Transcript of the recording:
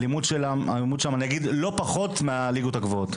האלימות היא לא פחותה מהליגות הגבוהות.